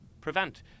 prevent